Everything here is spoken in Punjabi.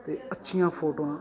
ਤੇ ਅੱਛੀਆਂ ਫੋਟੋਆਂ